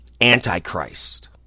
Antichrist